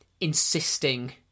insisting